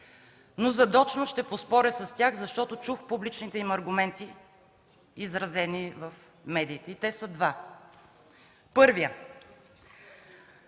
Задочно ще поспоря с тях, защото чух публичните им аргументи, изразени в медиите. Те са два. Първият